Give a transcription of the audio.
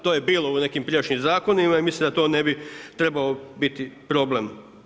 To je bilo u nekim prijašnjim zakonima i mislim da to ne bi trebao biti problem.